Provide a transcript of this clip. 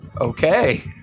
Okay